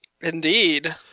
Indeed